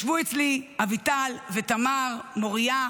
ישבו אצלי אביטל, תמר, מוריה,